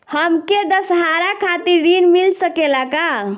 हमके दशहारा खातिर ऋण मिल सकेला का?